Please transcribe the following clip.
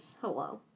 Hello